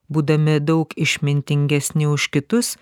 būdami daug išmintingesni už kitus